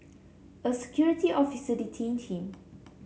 a security officer detained him